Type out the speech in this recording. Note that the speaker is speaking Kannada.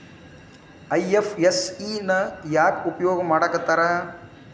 ಐ.ಎಫ್.ಎಸ್.ಇ ನ ಯಾಕ್ ಉಪಯೊಗ್ ಮಾಡಾಕತ್ತಾರ?